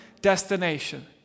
destination